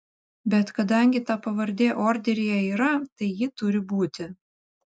bet kadangi ta pavardė orderyje yra tai ji turi būti